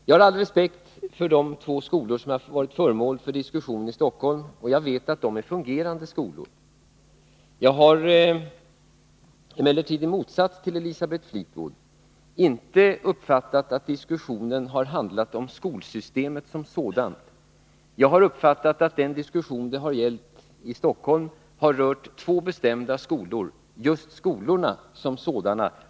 Jag har all respekt för de två skolor som har varit föremål för diskussion i Stockholm, och jag vet att det är fungerande skolor. Jag har emellertid inte, i motsats till Elisabeth Fleetwood, uppfattat att diskussionen har handlat om skolsystemet som sådant. Jag har uppfattat att diskussionen i Stockholm har rört två bestämda skolor — just skolorna som sådana.